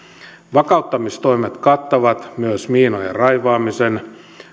vakauttamistoimet kattavat myös miinojen raivaamisen